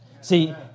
See